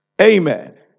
Amen